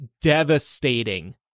devastating